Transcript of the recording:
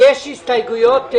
יש הסתייגויות?